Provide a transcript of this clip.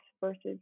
versus